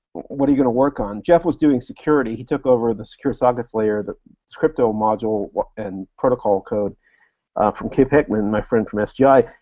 what are you going to work on? jeff was doing security. he took over the secure sockets layer, the crypto module and protocol code from kip hickman, my friend from sgi,